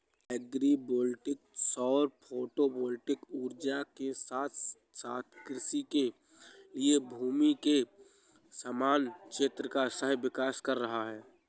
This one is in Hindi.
एग्री वोल्टिक सौर फोटोवोल्टिक ऊर्जा के साथ साथ कृषि के लिए भूमि के समान क्षेत्र का सह विकास कर रहा है